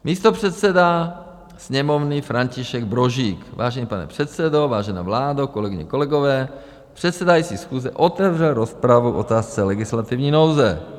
Místopředseda sněmovny František Brožík: Vážený pane předsedo, vážená vládo, kolegyně, kolegové, předsedající schůze otevřel rozpravu k otázce legislativní nouze.